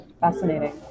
Fascinating